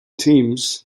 teams